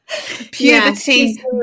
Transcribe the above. puberty